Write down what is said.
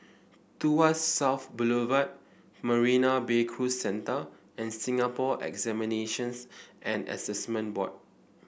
Tuas South Boulevard Marina Bay Cruise Centre and Singapore Examinations and Assessment Board